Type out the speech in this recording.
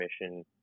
mission